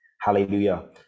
Hallelujah